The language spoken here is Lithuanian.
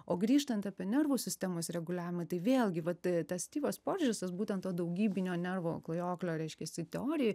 o grįžtant apie nervų sistemos reguliavimą tai vėlgi vat tas styvas poržesas būtent to daugybinio nervo klajoklio reiškiasi teorijoj